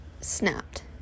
snapped